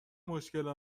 مشکل